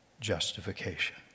justification